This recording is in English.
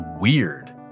weird